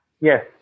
yes